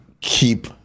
keep